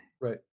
right